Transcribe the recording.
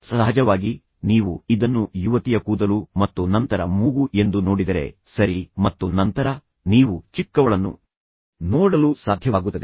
ಸಹಜವಾಗಿ ನೀವು ಇದನ್ನು ಯುವತಿಯ ಕೂದಲು ಮತ್ತು ನಂತರ ಮೂಗು ಎಂದು ನೋಡಿದರೆ ಸರಿ ಮತ್ತು ನಂತರ ನೀವು ಚಿಕ್ಕವಳನ್ನು ನೋಡಲು ಸಾಧ್ಯವಾಗುತ್ತದೆ